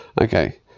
Okay